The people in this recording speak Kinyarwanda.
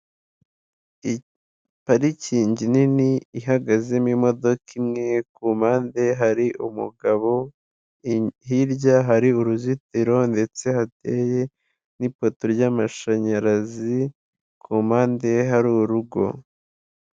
Parikingi nini ihagazemo imodoka imwe ku mpande hari umugabo hirya hari uruzitiro ndetse hateye n'ipoto ry'amashanyarazi ku mpande ye hari urugo .